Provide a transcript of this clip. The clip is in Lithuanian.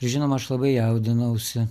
žinoma aš labai jaudinausi